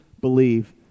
believe